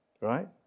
Right